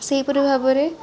ସେହିପରି ଭାବରେ